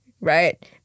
right